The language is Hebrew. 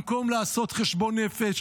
במקום לעשות חשבון נפש.